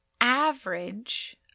average